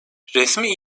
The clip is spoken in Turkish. resmi